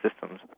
systems